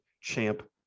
champ